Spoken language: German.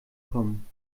kommen